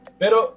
pero